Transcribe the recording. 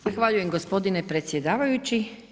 Zahvaljujem gospodine predsjedavajući.